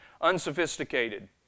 unsophisticated